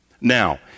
Now